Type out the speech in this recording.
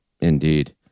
indeed